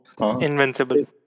invincible